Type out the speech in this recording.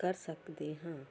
ਕਰ ਸਕਦੇ ਹਾਂ